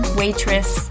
waitress